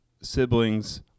siblings